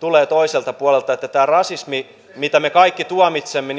myöskin toiselta puolelta niin että tämä rasismi minkä me kaikki tuomitsemme